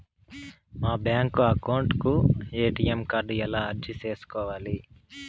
మా bank account కు ATM card ఎలా అర్జీ సేసుకోవాలి?